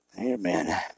Amen